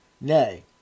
Nay